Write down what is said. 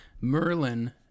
Merlin